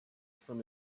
from